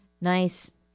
nice